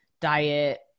diet